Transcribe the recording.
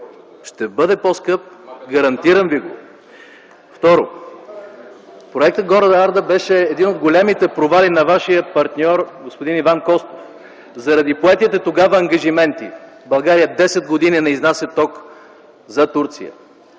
Ще бъде по-скъп. Гарантирам Ви го! Второ, проектът „Горна Арда” беше един от големите провали на вашия партньор господин Иван Костов. Заради поетите тогава ангажименти България десет години не изнася ток за Турция!